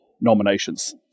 nominations